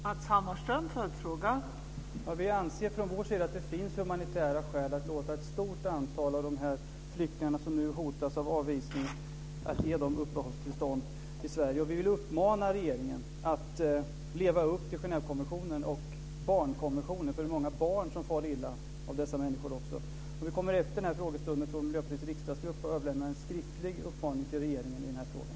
Fru talman! Miljöpartiet anser att det finns humanitära skäl att ge ett stort antal av de flyktingar som nu hotas av avvisning uppehållstillstånd i Sverige. Vi vill uppmana regeringen att leva upp till Genèvekonventionen och barnkonventionen - det är många barn som far illa. Efter den här frågestunden kommer Miljöpartiets riksdagsgrupp att överlämna en skriftlig uppmaning till regeringen i den här frågan.